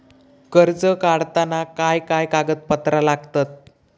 कर्ज काढताना काय काय कागदपत्रा लागतत?